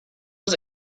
was